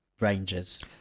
Rangers